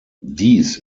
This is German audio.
dies